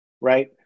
Right